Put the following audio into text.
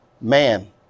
man